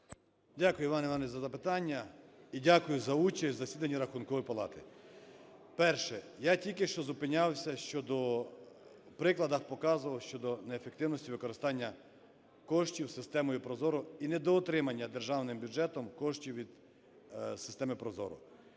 Дякую, Іван Іванович, за запитання. І дякую за участь в засіданні Рахункової палати. Перше. Я тільки що зупинявся щодо... в прикладах показував щодо неефективності використання коштів системою ProZorro і недоотримання державним бюджетом коштів від системи ProZorro.